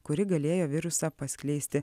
kuri galėjo virusą paskleisti